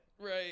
right